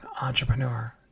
Entrepreneur